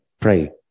pray